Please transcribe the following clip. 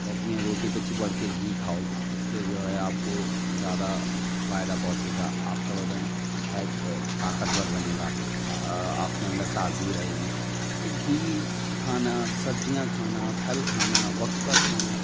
کہتی ہیں روٹی پہ چپڑ کے گھی کھاؤ اس سے جو ہے آپ کو زیادہ فائدہ پہنچے گا آپ کا وزن طاقتور بنے گا آپ کے اندر تازگی رہے گی تو گھی کھانا سبزیاں کھانا پھل کھانا وقت پر کھانا